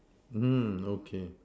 mm okay